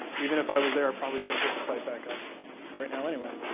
even if i was there i probably couldn't get the site back up right now anyway.